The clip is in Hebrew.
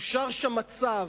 אושר שם מצב,